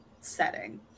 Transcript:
setting